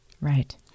Right